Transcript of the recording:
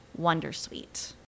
Wondersuite